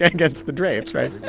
and against the drapes, right?